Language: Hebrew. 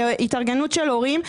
כהתארגנות של הורים.